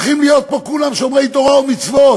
שהולכים להיות פה כולם שומרי תורה ומצוות,